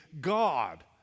God